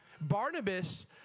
Barnabas